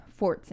Fortson